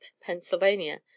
Pennsylvania